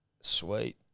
sweet